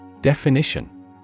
Definition